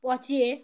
পচিয়ে